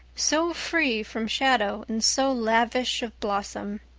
so free from shadow and so lavish of blossom.